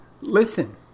listen